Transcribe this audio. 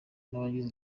n’abagize